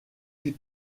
plus